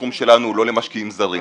והתחום שלנו הוא לא למשקיעים זרים,